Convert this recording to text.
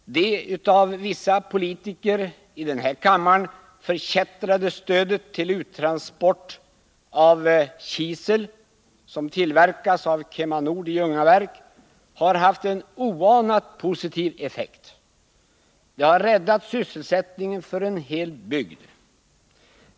Det av vissa politiker här i kammaren förkättrade stödet till uttransport av kisel från Kema Nord i Ljungaverk har haft en oanat positiv effekt — det har räddat sysselsättningen för en hel bygd.